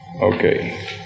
Okay